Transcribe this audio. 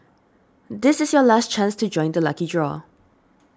this is your last chance to join the lucky draw